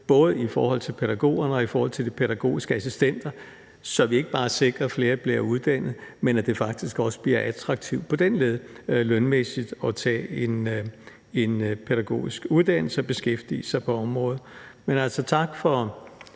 både for pædagogerne og for de pædagogiske assistenter, så vi ikke bare sikrer, at flere bliver uddannet, men at det faktisk også bliver attraktivt på den led lønmæssigt at tage en pædagogisk uddannelse og beskæftige sig på området. Men tak for